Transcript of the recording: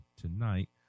tonight